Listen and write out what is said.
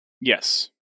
Yes